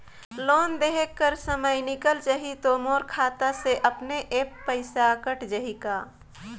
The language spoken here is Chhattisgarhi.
लोन देहे कर समय निकल जाही तो मोर खाता से अपने एप्प पइसा कट जाही का?